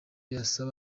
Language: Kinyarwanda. basaba